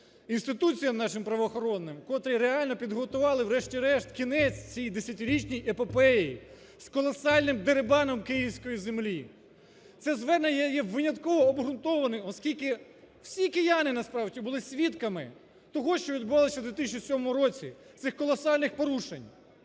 інституціям нашим правоохоронним, котрі реально підготували врешті-решт кінець цій десятирічній епопеї з колосальним дерибаном київської землі. Це звернення є винятково обґрунтованим, оскільки всі кияни, насправді, були свідками того, що відбувалося у 2007 році, цих колосальних порушень.